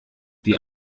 die